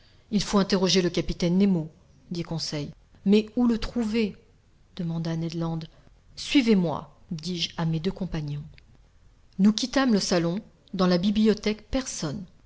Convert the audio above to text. il faut interroger le capitaine nemo dit conseil mais où le trouver demanda ned land suivez-moi dis-je à mes deux compagnons nous quittâmes le salon dans la bibliothèque personne